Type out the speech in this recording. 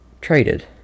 traded